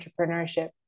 entrepreneurship